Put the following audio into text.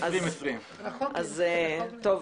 אוקיי,